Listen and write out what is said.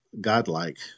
godlike